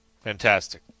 Fantastic